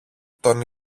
τον